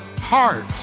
heart